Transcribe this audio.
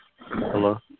Hello